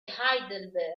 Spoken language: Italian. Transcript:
heidelberg